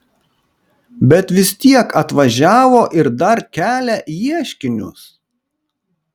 bet vis tiek atvažiavo ir dar kelia ieškinius